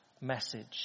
message